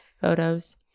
photos